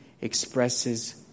expresses